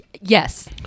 Yes